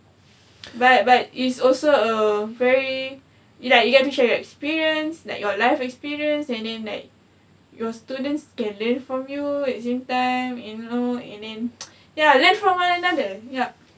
but but it's also a very like you have to share your experience like your life experience and then like your students can learn from you at same time and you know and ya learn from one and another yup